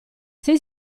sei